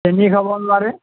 চেনি খাব নোৱাৰে